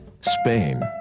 Spain